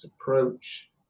approach